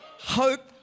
Hope